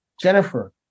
Jennifer